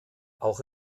auch